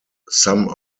some